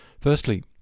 Firstly